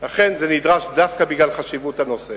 לכן, דווקא בגלל חשיבות הנושא